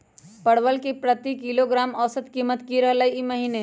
परवल के प्रति किलोग्राम औसत कीमत की रहलई र ई महीने?